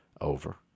Over